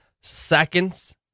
seconds